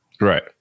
Right